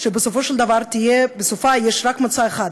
שבסופה יש רק מוצא אחד,